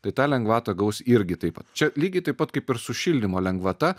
tai tą lengvatą gaus irgi taip pat čia lygiai taip pat kaip ir su šildymo lengvata